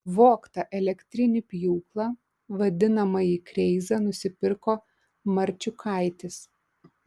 vogtą elektrinį pjūklą vadinamąjį kreizą nusipirko marčiukaitis